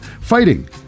fighting